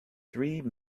three